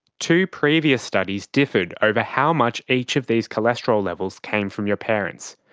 two previous studies differed over how much each of these cholesterol levels came from your parents.